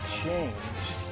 changed